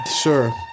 sure